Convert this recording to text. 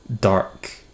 dark